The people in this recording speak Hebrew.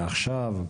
עכשיו?